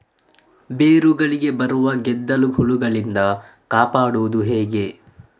ಬೇರುಗಳಿಗೆ ಬರುವ ಗೆದ್ದಲು ಹುಳಗಳಿಂದ ಕಾಪಾಡುವುದು ಹೇಗೆ?